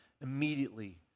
Immediately